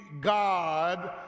God